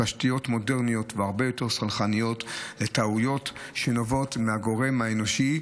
התשתיות מודרניות והרבה יותר סלחניות לטעויות שנובעות מהגורם האנושי,